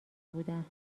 بودند